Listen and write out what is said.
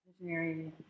visionary